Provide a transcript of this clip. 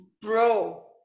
Bro